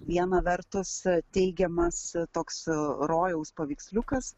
viena vertus teigiamas toks rojaus paveiksliukas